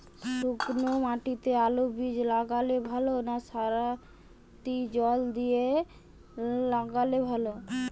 শুক্নো মাটিতে আলুবীজ লাগালে ভালো না সারিতে জল দিয়ে লাগালে ভালো?